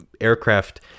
aircraft